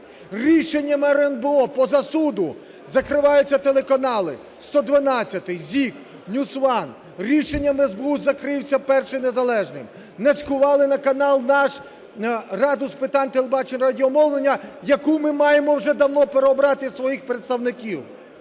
Рішеннями РНБО поза судом закриваються телеканали – "112", ZIK, NewsOne. Рішенням СБУ закрився "Перший Незалежний", нацькували на канал "НАШ" Раду з питань телебачення і радіомовлення, в яку ми маємо вже давно переобрати своїх представників.